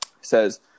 Says